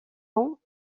ans